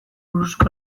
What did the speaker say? buruzko